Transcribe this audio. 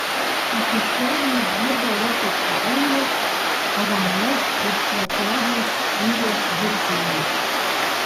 iki šiol jis dirbo europos sąjungos paramos ir strategijos skyriaus viršininku